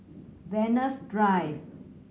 Venus Drive